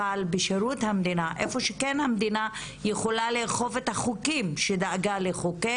אבל בשירות המדינה איפה שכן המדינה יכולה לאכוף את החוקים שדאגה לחוקק,